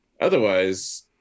otherwise